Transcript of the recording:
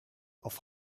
auf